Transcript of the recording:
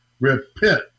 Repent